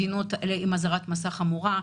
מדינות עם אזהרת מסע חמורה,